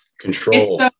Control